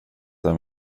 den